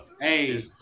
Hey